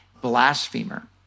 blasphemer